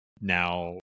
now